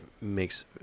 makes